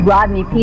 Rodney